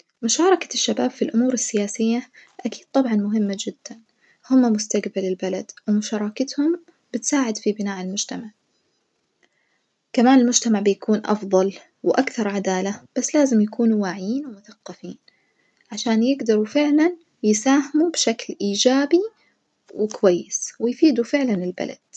مشاركة الشباب في الأمور السياسية أكيد طبعًا مهمة جدًا هما مستجبل البلد، ومشاركتهم بتساعد في بناء المجتمع كمان المجتمع بيكون أفظل وأكثر عدالة بس لازم يكونوا واعيين ومثقفين عشان يجدروا فعلًا يساهموا بشكل إيجابي وكويس ويفيدوا فعلًا البلد.